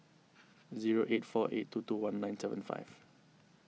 zero eight four eight two two one nine seven five